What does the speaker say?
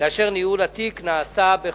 כאשר ניהול התיק נעשה בחו"ל.